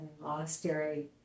Monastery